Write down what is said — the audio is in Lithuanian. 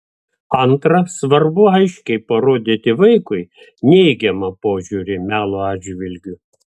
antra svarbu aiškiai parodyti vaikui neigiamą požiūrį melo atžvilgiu